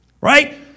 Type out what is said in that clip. right